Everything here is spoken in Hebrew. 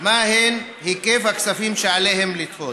מה היקף הכספים שעליהן לתפוס.